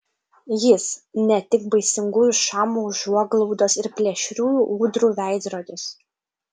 jis ne tik baisingųjų šamų užuoglaudos ir plėšriųjų ūdrų veidrodis